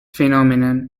phenomenon